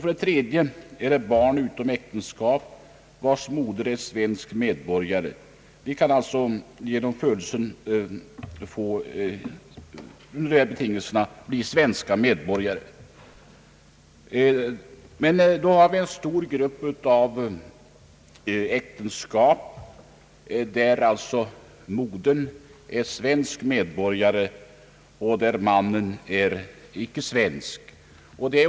För det tredje gäller det barn utom äktenskap vars moder är svensk medborgare. Barnen kan alltså vid födelsen under dessa betingelser bli svenska medborgare. Men vi har en stor grupp av äktenskap där kvinnan är svensk medborgare och mannen icke är svensk.